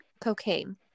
cocaine